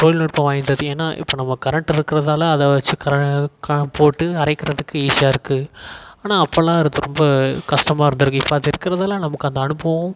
தொழில்நுட்பம் வாய்ந்தது ஏனால் இப்போ நம்ம கரண்ட்டு இருக்கிறதால அதை வச்சு கர க போட்டு அரைக்கிறதுக்கு ஈஸியாக இருக்குது ஆனால் அப்போதெல்லாம் அதுக்கு ரொம்ப கஷ்டமாக இருந்திருக்கு இப்போ அது இருக்கிறதால நமக்கு அந்த அனுபவம்